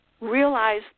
realize